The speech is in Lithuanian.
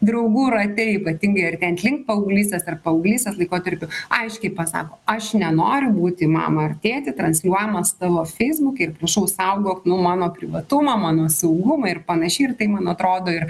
draugų rate ypatingai artėjant link paauglystės ar paauglystės laikotarpiu aiškiai pasako aš nenoriu būti mama ar tėti transliuojamas tavo feisbuke ir prašau saugok nu mano privatumą mano saugumą ir panašiai ir tai man atrodo ir